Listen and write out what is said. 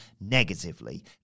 negatively